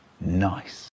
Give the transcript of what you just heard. Nice